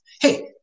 Hey